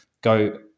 go